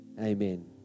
Amen